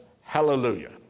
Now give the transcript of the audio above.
hallelujah